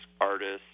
artists